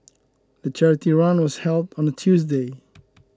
the charity run was held on a Tuesday